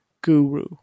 guru